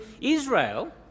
Israel